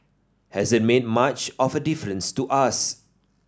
hasn't made much of a difference to us